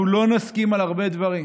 אנחנו לא נסכים על הרבה דברים,